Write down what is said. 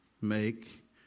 make